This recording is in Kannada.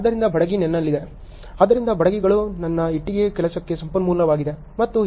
ಆದ್ದರಿಂದ ಬಡಗಿ ನನ್ನಲ್ಲಿದೆ ಆದ್ದರಿಂದ ಬಡಗಿಗಳು ನನ್ನ ಇಟ್ಟಿಗೆ ಕೆಲಸಕ್ಕೆ ಸಂಪನ್ಮೂಲವಾಗಿದೆ ಮತ್ತು ಹೀಗೆ